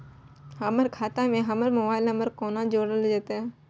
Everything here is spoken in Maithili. हमर खाता मे हमर मोबाइल नम्बर कोना जोरल जेतै?